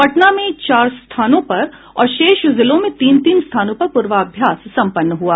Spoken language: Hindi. पटना में चार स्थानों पर और शेष जिलों में तीन तीन स्थानों पर पूर्वाभ्यास संपन्न हुआ